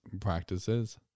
practices